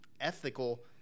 ethical